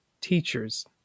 teachers